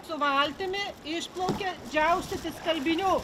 su valtimi išplaukė džiaustyti skalbinių